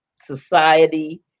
society